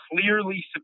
clearly